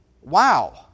Wow